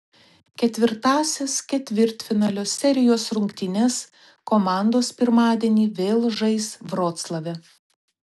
ketvirtąsias ketvirtfinalio serijos rungtynes komandos pirmadienį vėl žais vroclave